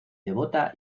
devota